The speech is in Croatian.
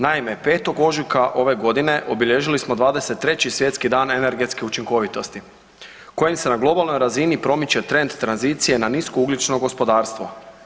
Naime, 5. ožujka ove godine obilježili smo 23 Svjetski dan energetske učinkovitosti kojim se na globalnoj razini promiče trend tranzicije na niskougljično gospodarstvo.